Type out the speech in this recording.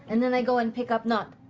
and then i go and pick up nott.